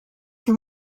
can